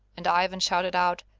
and ivan shouted out,